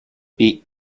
beat